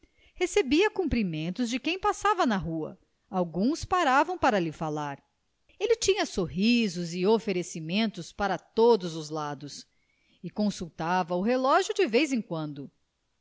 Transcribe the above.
recebia cumprimentos de quem passava na rua alguns paravam para lhe falar ele tinha sorrisos e oferecimentos para todos os lados e consultava o relógio de vez em quando